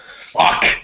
Fuck